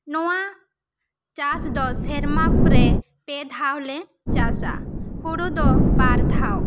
ᱱᱚᱣᱟ ᱪᱟᱥ ᱫᱚ ᱥᱮᱨᱢᱟ ᱨᱮ ᱯᱮ ᱫᱷᱟᱣᱞᱮ ᱪᱟᱥᱟ ᱦᱳᱲᱳ ᱫᱚ ᱵᱟᱨ ᱫᱷᱟᱣ